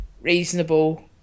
reasonable